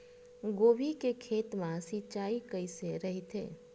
गोभी के खेत मा सिंचाई कइसे रहिथे?